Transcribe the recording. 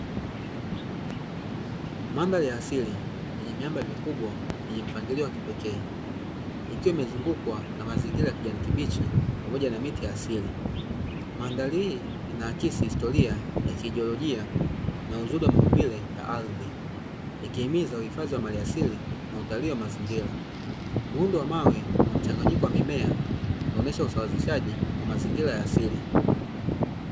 Mandhari ya asili yenye miamba mikubwa yenye mpangilio wa kipekee, ikiwa imezungukwa na mazingira ya kijani kibichi pamoja na miti ya asili, mandhari inaakisi historia ya kijiolojia na uzuri wa maumbile na ardhi ikihimiza uhifadhi wa maliasili na utalii wa mazingira, muundo wa mawe na mchanganyiko wa mimea kuonyesha uswazishaji wa mazingira ya asili.